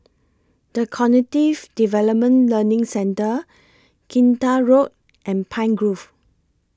The Cognitive Development Learning Centre Kinta Road and Pine Grove